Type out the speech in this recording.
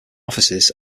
offices